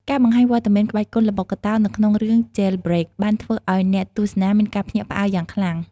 ការបង្ហាញវត្តមានក្បាច់គុនល្បុក្កតោនៅក្នុងរឿង "Jailbreak" បានធ្វើឲ្យអ្នកទស្សនាមានការភ្ញាក់ផ្អើលយ៉ាងខ្លាំង។